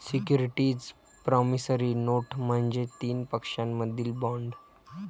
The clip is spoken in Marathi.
सिक्युरिटीज प्रॉमिसरी नोट म्हणजे तीन पक्षांमधील बॉण्ड